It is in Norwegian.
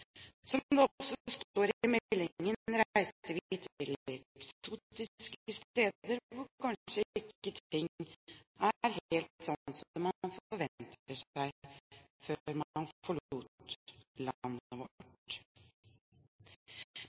Som det også står i meldingen, reiser vi til eksotiske steder hvor ting kanskje ikke er helt som man forventet seg før man forlot landet